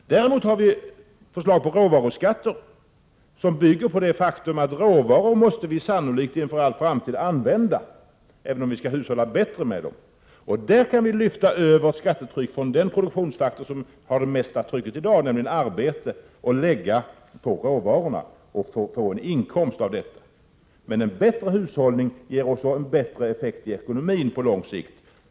Däremot har vi förslag till råvaruskatter som bygger på det faktum att vi sannolikt i all framtid måste använda råvaror, även om vi skall hushålla bättre med dem. Vi kan alltså lyfta över skattetryck från den produktionsfaktor som har det högsta trycket i dag, nämligen arbetskraften, och lägga på råvarorna och på så sätt få en inkomst. Men en bättre hushållning med råvaror ger en bättre effekt i ekonomin på lång sikt.